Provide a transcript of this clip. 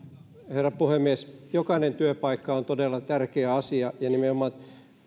herra puhemies jokainen työpaikka on todella tärkeä asia ja nimenomaan